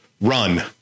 run